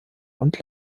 und